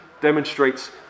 demonstrates